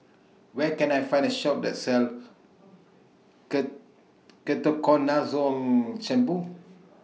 Where Can I Find A Shop that sells Ketoconazole Shampoo